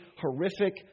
horrific